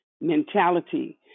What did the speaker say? mentality